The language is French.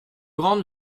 grande